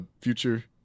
future